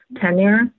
tenure